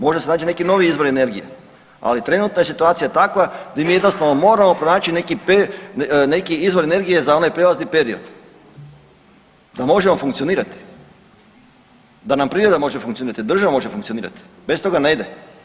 Možda se nađe neki novi izvor energije, ali trenutna situacije je takva gdje mi jednostavno moramo pronaći neki, neki izvor energije za onaj prijelazni period da možemo funkcionirati, da nam privreda može funkcionirati, država može funkcionirati, bez toga ne ide.